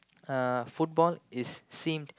uh football is seen